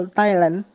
Thailand